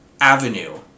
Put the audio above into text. avenue